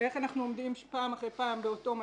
ואיך אנחנו עומדים פעם אחרי פעם באותו מצב.